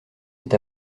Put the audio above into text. est